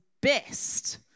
best